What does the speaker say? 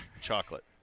chocolate